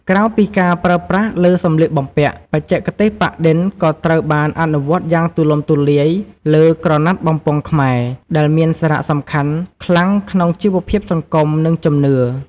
ក្រៅពីការប្រើប្រាស់លើសម្លៀកបំពាក់ បច្ចេកទេសប៉ាក់-ឌិន ក៏ត្រូវបានអនុវត្តយ៉ាងទូលំទូលាយលើ ក្រណាត់បំពង់ខ្មែរ ដែលមានសារៈសំខាន់ខ្លាំងក្នុងជីវភាពសង្គម និងជំនឿ។